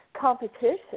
competition